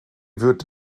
wird